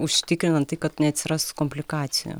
užtikrinant tai kad neatsirastų komplikacijų